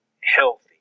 healthy